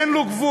אין לו גבול: